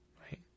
right